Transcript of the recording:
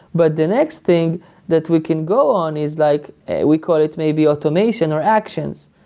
but the next thing that we can go on is like we call it maybe automation or actions.